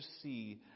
see